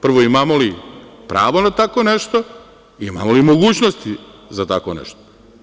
Prvo, imamo li pravo na tako nešto, imamo li mogućnosti za tako nešto?